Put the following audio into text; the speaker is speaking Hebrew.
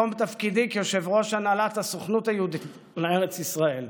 בתום תפקידי כיושב-ראש הנהלת הסוכנות היהודית לארץ ישראל,